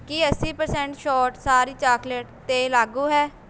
ਕੀ ਅੱਸੀ ਪ੍ਰਸੈਂਟ ਛੋਟ ਸਾਰੀ ਚਾਕਲੇਟ 'ਤੇ ਲਾਗੂ ਹੈ